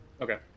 Okay